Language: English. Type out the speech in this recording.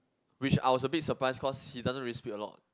which I was a bit surprised cause he doesn't really speak a lot